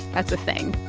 that's a thing.